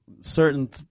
certain